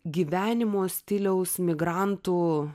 gyvenimo stiliaus migrantų